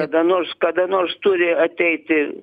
kada nors kada nors turi ateiti